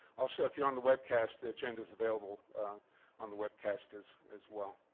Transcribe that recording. also, if you're on the webcast, the agenda is available on the webcast, as as well.